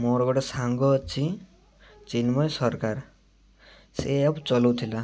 ମୋର ଗୋଟେ ସାଙ୍ଗ ଅଛି ଚିନ୍ମୟ ସରକାର ସେ ଆପ୍ ଚଲାଉଥିଲା